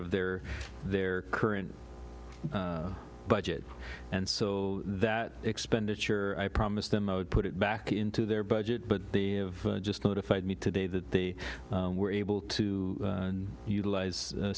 of their their current budget and so that expenditure i promised them i would put it back into their budget but the of just notified me today that they were able to utilize